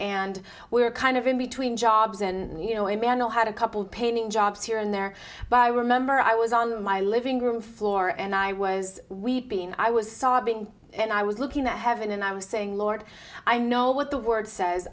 and we were kind of in between jobs and you know emanuel had a couple painting jobs here and there but i remember i was on my living room floor and i was weeping i was sobbing and i was looking at heaven and i was saying lord i know what the word says